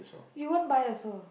you won't buy also